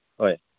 ꯍꯣꯏ